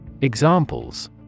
Examples